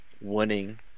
winning